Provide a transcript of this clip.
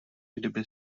kdyby